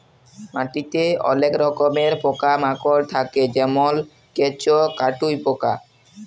মাটিতে অলেক রকমের পকা মাকড় থাক্যে যেমল কেঁচ, কাটুই পকা